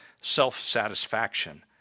self-satisfaction